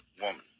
woman